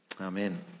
Amen